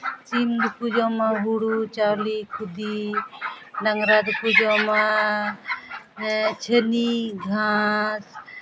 ᱥᱤᱢ ᱫᱚᱠᱚ ᱡᱚᱢᱟ ᱦᱩᱲᱳ ᱪᱟᱣᱞᱮ ᱠᱷᱚᱫᱮ ᱰᱟᱝᱨᱟ ᱫᱚᱠᱚ ᱡᱚᱢᱟ ᱪᱷᱟᱹᱱᱤ ᱜᱷᱟᱥ